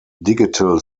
digital